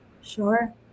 Sure